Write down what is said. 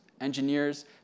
engineers